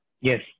Yes